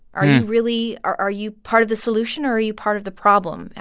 are you really are are you part of the solution or are you part of the problem?